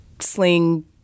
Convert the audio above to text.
sling